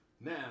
Now